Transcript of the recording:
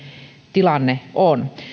tilanne on